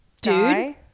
dude